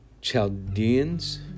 Chaldeans